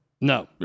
No